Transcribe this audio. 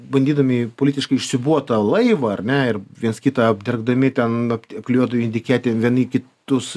bandydami politiškai išsiūbuot tą laivą ar ne ir viens kitą apdergdami ten apklijuodu etiketėm vieni kitus